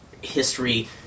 history